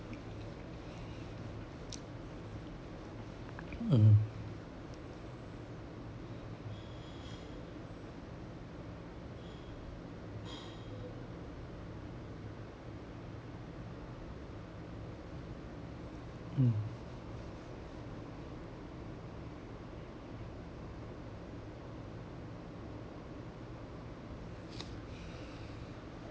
mm mm